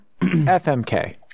FMK